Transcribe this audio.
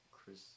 Chris